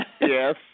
Yes